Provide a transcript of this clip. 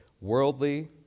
worldly